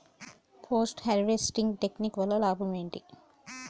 Post harvesting technique వల్ల లాభం ఏంటి?